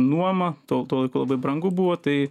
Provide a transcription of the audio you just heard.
nuoma tuo tuo laiku labai brangu buvo tai